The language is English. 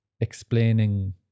explaining